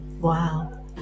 Wow